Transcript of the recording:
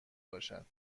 باشد